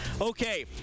Okay